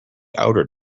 outer